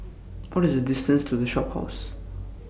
What IS The distance to The Shophouse